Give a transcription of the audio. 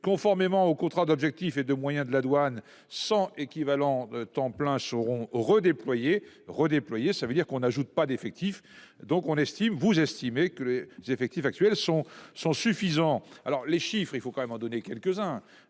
conformément au contrat d'objectifs et de moyens de la douane sans équivalent temps plein seront redéployés redéployer, ça veut dire qu'on ajoute pas d'effectif donc on estime, vous estimez que les effectifs actuels sont sont suffisants. Alors les chiffres, il faut quand même en donner quelques-uns.